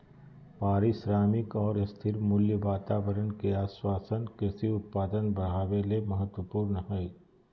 पारिश्रमिक आर स्थिर मूल्य वातावरण के आश्वाशन कृषि उत्पादन बढ़ावे ले महत्वपूर्ण हई